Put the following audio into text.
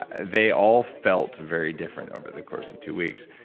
ah they all felt very different over the course of two weeks.